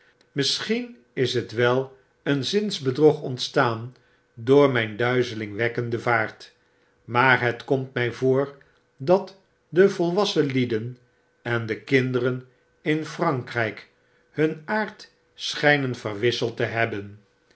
misschien is het wel een zinsbedrog ontstaan door mjjn duizelingwekkenden vaart maar het komt mij voor dat de volwassen lieden en de kinderen in frankrijk hun aard schjjnen verwisseld te hebben